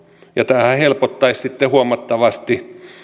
tämähän helpottaisi huomattavasti